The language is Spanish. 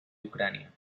ucrania